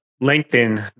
lengthen